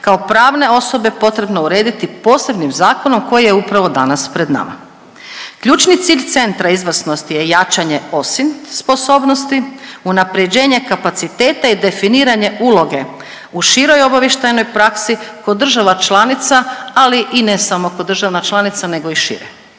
kao pravne osobe potrebno urediti posebnim zakonom koji je upravo danas pred nama. Ključni cilj Centra izvrsnosti je jačanje OSINT sposobnosti, unaprjeđenje kapaciteta i definiranje uloge u široj obavještajnoj praksi ko država članica, ali i ne samo ko državna članica nego i šire.